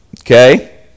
Okay